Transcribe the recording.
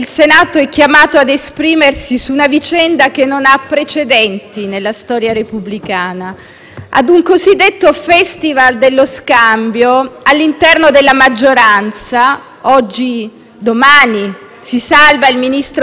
Al cosiddetto *festival* dello scambio all'interno della maggioranza domani si salva il ministro Salvini e giovedì si fa lo scambio salvando magari il ministro Toninelli.